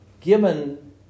given